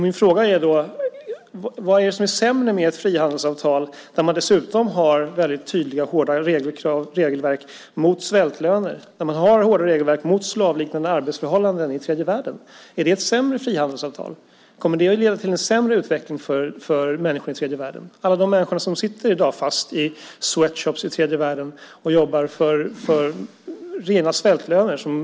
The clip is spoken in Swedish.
Min fråga är då: Vad är det som är sämre med ett frihandelsavtal där man dessutom har väldigt tydliga och hårda regelverk mot svältlöner, där man har hårda regelverk mot slavliknande arbetsförhållanden i tredje världen? Är det ett sämre frihandelsavtal? Kommer det att leda till en sämre utveckling för människor i tredje världen, alla de människor som i dag sitter fast i sweatshops i tredje världen och jobbar för rena svältlöner?